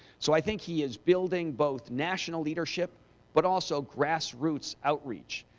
so i think he is building both national leadership but also grass roots outreach,